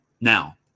now